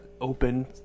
open